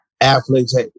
athletes